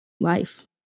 life